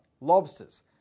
lobsters